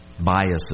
biases